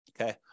Okay